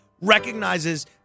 recognizes